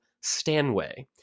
Stanway